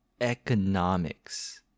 Economics